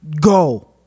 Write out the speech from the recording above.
Go